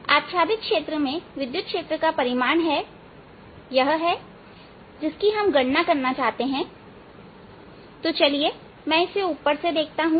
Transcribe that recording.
आच्छादित क्षेत्र में विद्युत क्षेत्र का परिमाण है यह है जिसकी हम गणना करना चाहते हैं तो चलिए मैं इसे ऊपर से देखता हूं